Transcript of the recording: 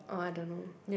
orh I don't know